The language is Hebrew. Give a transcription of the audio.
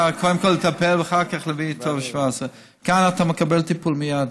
אי-אפשר קודם לטפל ואחר כך להביא טופס 17. כאן אתה מקבל טיפול מייד,